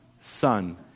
Son